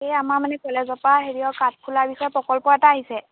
এই আমাৰ মানে কলেজৰ পৰা হেৰিয়ৰ কাঠফুলাৰ বিষয়ে প্ৰকল্প এটা আহিছে